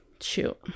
shoot